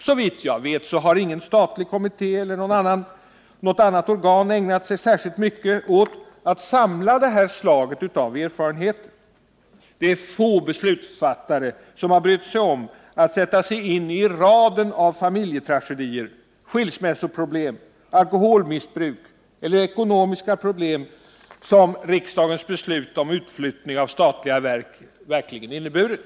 Såvitt jag vet haringen statlig kommitté eller något annat organ ägnat sig särskilt mycket åt att samla det här slaget av erfarenheter. Det är få beslutsfattare som har brytt sig om att sätta sig in i raden av familjetragedier, skilsmässoproblem, alkoholmissbruk eller ekonomiska problem som riksdagens beslut om utflyttning av statliga verk verkligen inneburit.